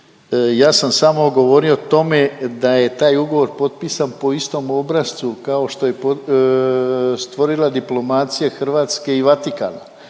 ja sam samo govorio o tome da je taj ugovor potpisan po istom obrascu kao što je stvorila diplomacija Hrvatske i Vatikana,